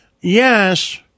yes